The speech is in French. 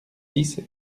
six